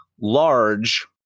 large